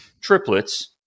triplets